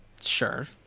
sure